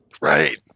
Right